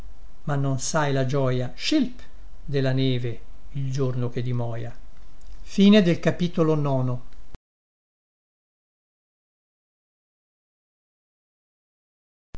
ma non sai la gioia scilp della neve il giorno che dimoia a